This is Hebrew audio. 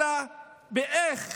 אלא באיך